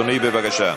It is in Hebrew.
אדוני, בבקשה.